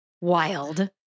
wild